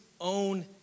own